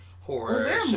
horror